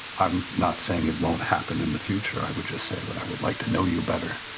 i'm not saying it won't happen in the future, i would just say that i would like to know you better,